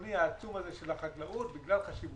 הציוני העצום הזה של החקלאות, בגלל חשיבותו,